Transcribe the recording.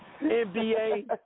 NBA